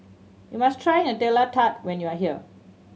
you must try Nutella Tart when you are here